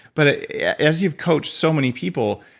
but ah yeah as you've coached so many people,